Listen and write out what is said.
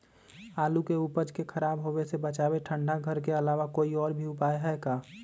आलू के उपज के खराब होवे से बचाबे ठंडा घर के अलावा कोई और भी उपाय है का?